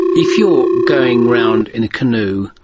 if you're going around in a canoe,